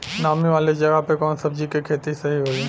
नामी वाले जगह पे कवन सब्जी के खेती सही होई?